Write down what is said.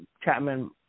Chapman